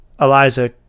Eliza